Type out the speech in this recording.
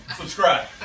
Subscribe